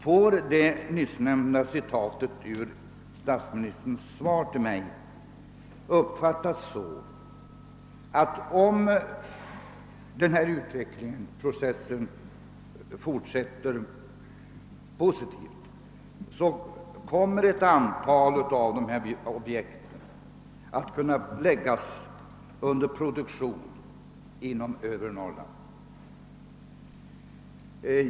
Får det nyss upplästa citatet ur statsministerns svar till mig uppfattas på det sättet, att om denna utvecklingsprocess fortsätter i positiv riktning, så kommer ett antal av dessa objekt att kunna läggas under produktion inom övre Norrland?